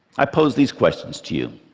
i pose these questions to you